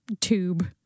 tube